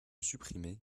supprimez